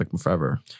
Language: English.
forever